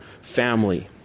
family